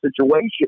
situation